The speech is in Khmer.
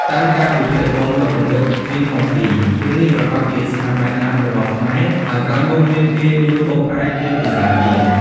តាមការវិភាគរបស់លោកបណ្ឌិត ឃីង ហុកឌី រឿងនេះប្រាកដជាស្នាដៃដើមរបស់ខ្មែរ ហើយក្រោយមកមានគេលួចបកប្រែជាភាសាសៀម។